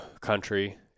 country